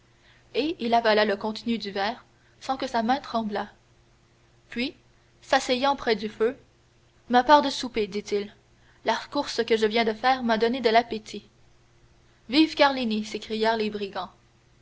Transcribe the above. et il avala le contenu du verre sans que sa main tremblât puis s'asseyant près du feu ma part de souper dit-il la course que je viens de faire m'a donné de l'appétit vive carlini s'écrièrent les brigands